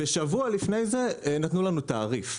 ושבוע לפני זה נתנו לנו תעריף.